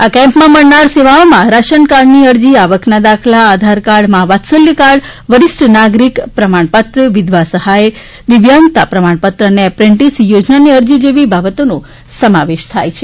આ કેમ્પમાં મળનાર સેવાઓમાં રાશનકાર્ડની અરજી આવકના દાખલા આધારકાર્ડ મા વાત્સલ્ય કાર્ડ વરિષ્ઠ નાગરિક પ્રમાણ પત્ર વિધવા સહાય દિવ્યાંગતા પ્રમાણપત્ર તથા એપ્રેન્ટિસ યોજનાની અરજી જેવી બાબતોનો સમાવેશ થાય છે